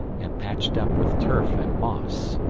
and patched up with turf and moss.